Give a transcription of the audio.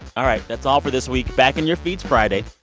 all right. that's all for this week. back in your feeds friday.